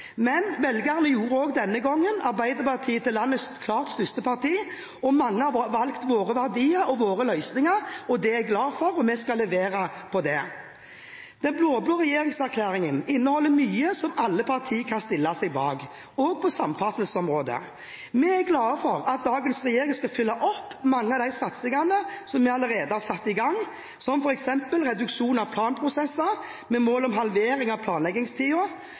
Men velgerne gjorde også denne gangen Arbeiderpartiet til landets klart største parti. Mange har valgt våre verdier og våre løsninger, og det er jeg glad for. Vi skal levere på det. Den blå-blå regjeringserklæringen inneholder mye som alle partier kan stille seg bak, også på samferdselsområdet. Vi er glad for at dagens regjering skal følge opp mange av de satsingene som vi allerede har satt i gang, som f.eks. reduksjon av planprosesser med mål om halvering av